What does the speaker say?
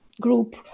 group